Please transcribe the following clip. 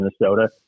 Minnesota